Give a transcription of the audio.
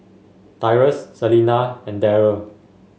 Tyrus Selena and Darell